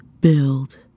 Build